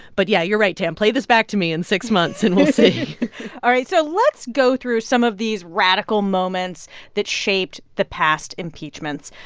but yeah, you're right, tam play this back to me in six months, and we'll see all right. so let's go through some of these radical moments that shaped the past impeachments,